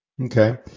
Okay